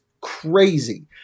crazy